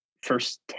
first